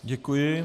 Děkuji.